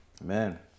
Amen